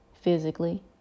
physically